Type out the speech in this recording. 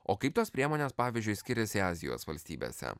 o kaip tos priemonės pavyzdžiui skiriasi azijos valstybėse